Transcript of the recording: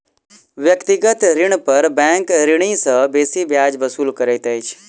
व्यक्तिगत ऋण पर बैंक ऋणी सॅ बेसी ब्याज वसूल करैत अछि